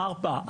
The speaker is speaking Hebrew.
ארבע.